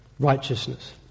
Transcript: Righteousness